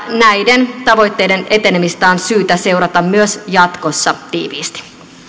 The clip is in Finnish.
näiden tavoitteiden etenemistä on syytä seurata myös jatkossa tiiviisti